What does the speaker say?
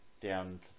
down